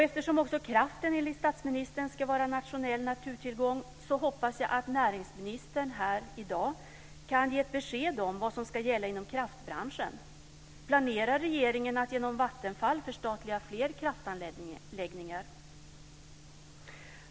Eftersom också kraften enligt statsministern ska vara en nationell naturtillgång, hoppas jag att näringsministern här i dag kan ge ett besked om vad som ska gälla inom kraftbranschen. Planerar regeringen att genom Vattenfall förstatliga fler kraftanläggningar?